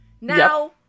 Now